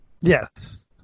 Yes